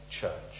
church